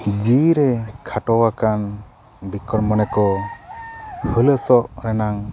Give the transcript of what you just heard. ᱡᱤᱣᱤ ᱨᱮ ᱠᱷᱟᱴᱚ ᱟᱠᱟᱱ ᱵᱤᱠᱚᱢ ᱢᱚᱱᱮ ᱠᱚ ᱦᱩᱞᱟᱹᱥᱚᱜ ᱨᱮᱱᱟᱝ